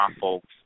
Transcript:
folks